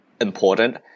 important